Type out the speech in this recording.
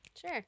Sure